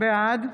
בעד